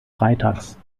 freitags